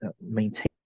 maintain